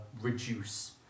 reduce